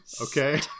okay